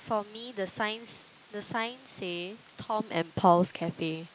for me the signs the sign say Tom and Paul's cafe